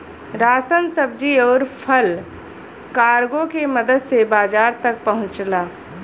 ration सब्जी आउर फल कार्गो के मदद से बाजार तक पहुंचला